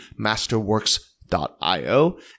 Masterworks.io